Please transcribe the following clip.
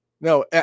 no